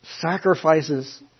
Sacrifices